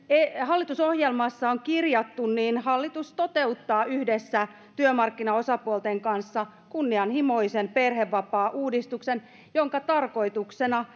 hallitusohjelmassa on kirjattu hallitus toteuttaa yhdessä työmarkkinaosapuolten kanssa kunnianhimoisen perhevapaauudistuksen jonka tarkoituksena